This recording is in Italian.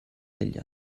degli